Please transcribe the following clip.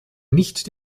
nicht